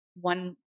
one